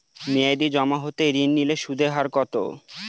মেয়াদী জমা হতে ঋণ নিলে সুদের হার কত?